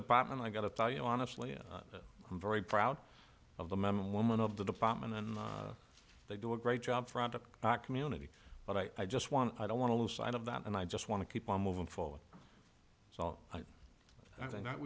department i got to tell you honestly i'm very proud of the men and women of the department and they do a great job front of our community but i just want i don't want to lose sight of that and i just want to keep on moving forward so i think that